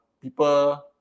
people